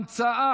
המצאה,